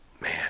man